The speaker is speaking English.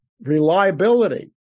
reliability